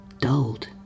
dulled